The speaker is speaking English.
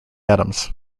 atoms